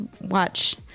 watch